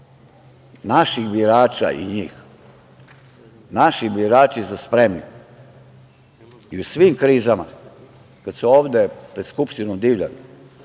naših birača i njih. Naši birači su spremni i u svim krizama, kada su ovde pred Skupštinom divljali,